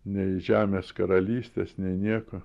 nei žemės karalystės nei nieką